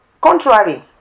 Contrary